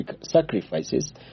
sacrifices